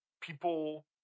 people